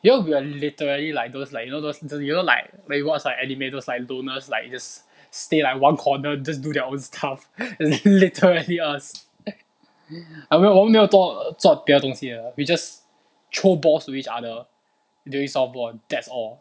you know we are literally like those like you know those you know like when you watch anime those like donors like those stay like one corner just do their own stuff that's literally us I mean 我们没有做别的东西的 we just throw balls to each other during softball that's all